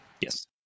Yes